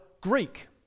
Greek